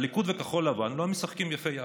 הליכוד וכחול לבן לא משחקים יפה יחד,